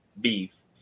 Beef